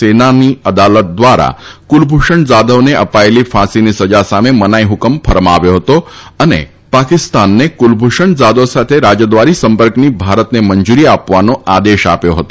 સેનાની અદાલત દ્વારા કુલભૂષણ જાધવને અપાયેલી ફાંસીની સજા સામે મનાઈ હુકમ ફરમાવ્યો હતો અને પાકિસ્તાનને કુલભૂષણ જાધવ સાથે રાજદ્વારી સંપર્કની ભારતની મંજૂરી આપવાનો આદેશ આપ્યો હતો